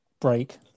break